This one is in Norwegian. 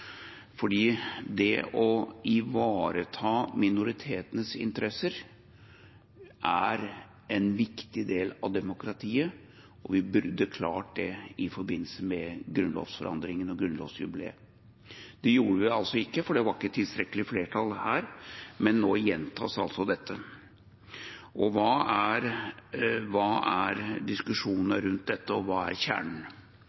fordi det å ivareta minoritetenes interesser er en viktig del av demokratiet, og vi burde klart det i forbindelse med grunnlovsforandringen og grunnlovsjubileet. Det gjorde vi ikke, for det var ikke tilstrekkelig flertall her, men nå gjentas altså dette. Hva er diskusjonene rundt dette, og hva er kjernen? I dag er